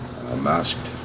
masked